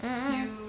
mm